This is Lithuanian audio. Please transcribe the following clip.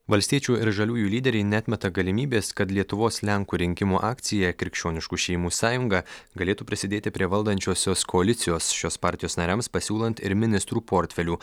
valstiečių ir žaliųjų lyderiai neatmeta galimybės kad lietuvos lenkų rinkimų akcija krikščioniškų šeimų sąjunga galėtų prisidėti prie valdančiosios koalicijos šios partijos nariams pasiūlant ir ministrų portfelių